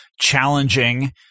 challenging